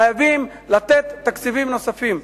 חייבים לתת תקציבים נוספים.